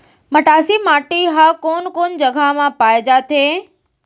मटासी माटी हा कोन कोन जगह मा पाये जाथे?